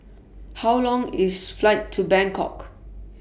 How Long IS Flight to Bangkok